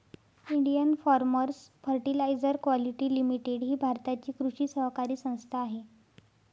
Indian farmers fertiliser quality limited ही भारताची कृषी सहकारी संस्था आहे